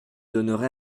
donnerai